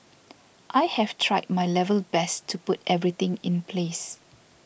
I have tried my level best to put everything in place